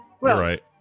right